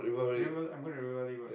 river I'm going to River Valley road